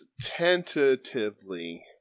tentatively